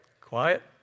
Quiet